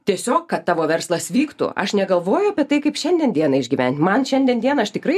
tiesiog kad tavo verslas vyktų aš negalvoju apie tai kaip šiandien dieną išgyventi man šiandien dieną aš tikrai